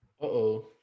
Uh-oh